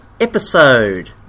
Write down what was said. Episode